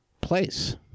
place